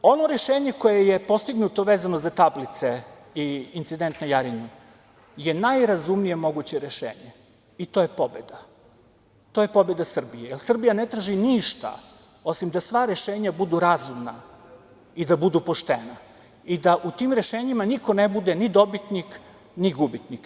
Ono rešenje koje je postignuto vezano za tablice i incident na Jarinju je najrazumnije moguće rešenje i to je pobeda, to je pobeda Srbije, jer Srbija ne traži ništa osim da sva rešenja budu razumna i da budu poštena i da u tim rešenjima niko ne bude ni dobitnik, ni gubitnik.